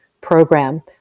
program